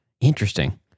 Interesting